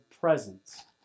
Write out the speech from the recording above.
presence